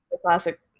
classic